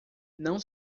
não